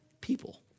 people